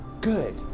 good